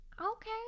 okay